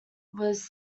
was